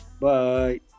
bye